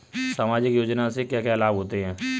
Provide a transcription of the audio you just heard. सामाजिक योजना से क्या क्या लाभ होते हैं?